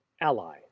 Ally